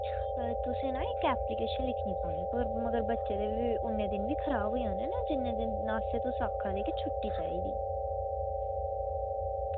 तुसें ना इक्क एप्लीकेशन लिखना पौनी ते ओह् बच्चे लेइयै खराब होई जाने निं उन्ने दिन तुस आक्खा दे की छुट्टी चाहिदी